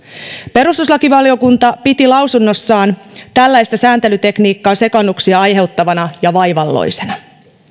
perustuslakivaliokunta piti lausunnossaan tällaista sääntelytekniikkaa sekaannuksia aiheuttavana ja vaivalloisena